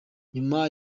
nyuma